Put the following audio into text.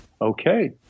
okay